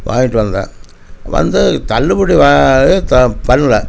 வாங்கிட்டு வந்தேன் வந்து தள்ளுபடி வா த தள்ளினேன்